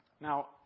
Now